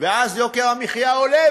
ואז יוקר המחיה עולה,